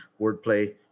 wordplay